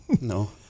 No